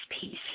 peace